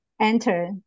enter